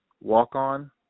walk-on